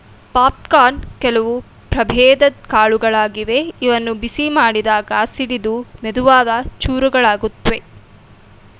popcorn ಕೆಲವು ಪ್ರಭೇದದ್ ಕಾಳುಗಳಾಗಿವೆ ಇವನ್ನು ಬಿಸಿ ಮಾಡಿದಾಗ ಸಿಡಿದು ಮೆದುವಾದ ಚೂರುಗಳಾಗುತ್ವೆ